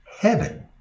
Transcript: heaven